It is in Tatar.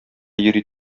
йөри